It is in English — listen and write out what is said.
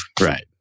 right